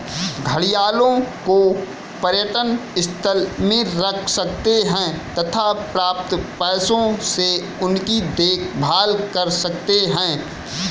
घड़ियालों को पर्यटन स्थल में रख सकते हैं तथा प्राप्त पैसों से उनकी देखभाल कर सकते है